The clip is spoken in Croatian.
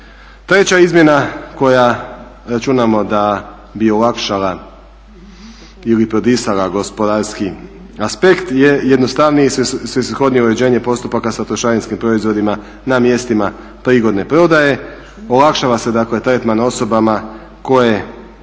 Treća izmjena koja računamo da bi olakšala ili prodisala gospodarski aspekt je jednostavniji i svrsishodnije uređenje postupaka sa trošarinskim proizvodima na mjestima prigodne prodaje, olakšava se dakle tretman osobama koji